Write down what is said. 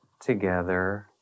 together